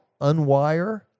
unwire